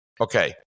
Okay